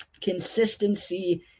consistency